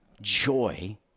joy